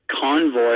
Convoy